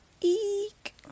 eek